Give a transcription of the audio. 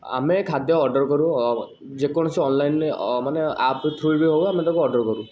ଆମେ ଖାଦ୍ୟ ଅର୍ଡ଼ର କରୁ ଯେକୌଣସି ଅନଲାଇନରେ ମାନେ ଆପ୍ ଥ୍ରୂରୁ ବି ହଉ ଆମେ ତାକୁ ଅର୍ଡ଼ର କରୁ